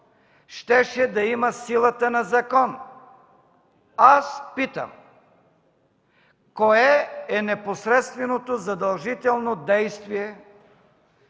щеше да има силата на закон. Аз питам: кое е непосредственото задължително действие